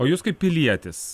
o jūs kaip pilietis